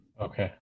Okay